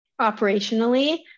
operationally